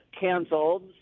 canceled